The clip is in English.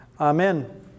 amen